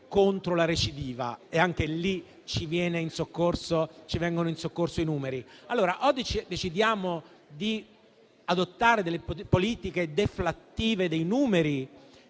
contro la recidiva (anche lì ci vengono in soccorso i numeri), e decidiamo di adottare politiche deflattive dei numeri;